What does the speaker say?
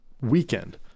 weekend